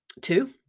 two